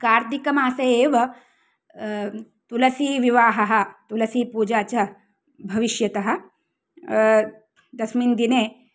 कार्तिकमासे एव तुलसीविवाहः तुलसीपूजा च भविष्यतः तस्मिन् दिने